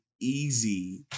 easy